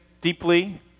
deeply